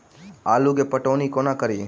आलु केँ पटौनी कोना कड़ी?